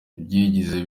byigeze